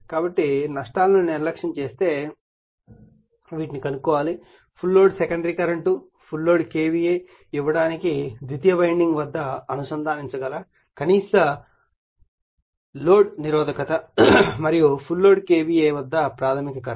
కాబట్టి నష్టాలను నిర్లక్ష్యం చేసి వీటిని కనుగొనండి a full load secondary current b full load KVA ఇవ్వడానికి ద్వితీయ వైండింగ్ వద్ద అనుసంధానించగల కనీస లోడ్ నిరోధకత మరియు c ఫుల్ లోడ్ KVA వద్ద ప్రాధమిక కరెంట్